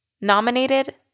nominated